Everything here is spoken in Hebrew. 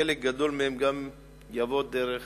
חלק גדול מהן יבוא גם דרך